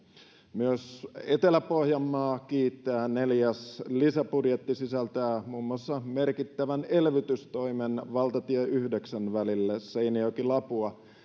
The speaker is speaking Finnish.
myös etelä pohjanmaa kiittää neljäs lisäbudjetti sisältää muun muassa merkittävän elvytystoimen valtatie yhdeksän välille seinäjoki lapua